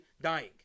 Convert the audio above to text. dying